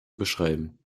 beschreiben